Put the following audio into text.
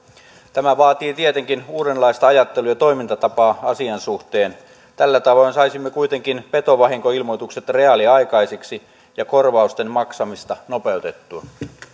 tämä vaatii tietenkin uudenlaista ajattelua ja toimintatapaa asian suhteen tällä tavoin saisimme kuitenkin petovahinkoilmoitukset reaaliaikaisiksi ja korvausten maksamista nopeutettua